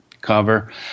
cover